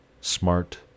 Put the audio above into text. smart